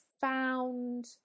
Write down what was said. found